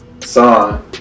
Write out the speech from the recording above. song